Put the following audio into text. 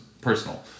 personal